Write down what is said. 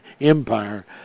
empire